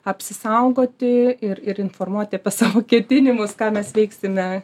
apsisaugoti ir ir informuoti apie savo ketinimus ką mes veiksime